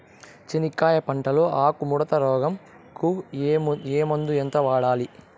చెనక్కాయ పంట లో ఆకు ముడత రోగం కు ఏ మందు ఎంత వాడాలి?